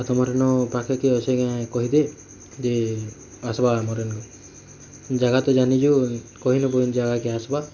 ଆଉ ତମର ଏନ ପାଖେ କିଏ ଅଛେ କେ କହିଦେ ଯେ ଆସ୍ବା ଆମର ଏନ ଜାଗା ତ ଜାନିଛୁ କହି ନବୁ ଜାଗା କେ ଆସ୍ବା